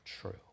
true